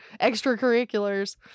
Extracurriculars